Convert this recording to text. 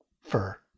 Fur